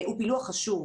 הוא פילוח חשוב,